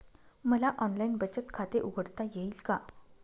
मला ऑनलाइन बचत खाते उघडता येईल का?